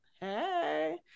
Hey